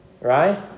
right